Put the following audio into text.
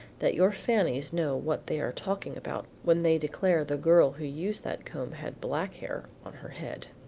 that your fannys know what they are talking about when they declare the girl who used that comb had black hair on her head.